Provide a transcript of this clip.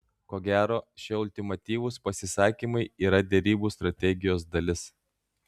ko gero šie ultimatyvūs pasisakymai yra derybų strategijos dalis